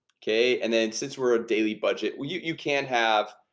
okay, and then since we're a daily budget. well, you you can't have